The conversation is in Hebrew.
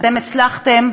אתם הצלחתם